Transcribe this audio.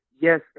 yes